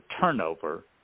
turnover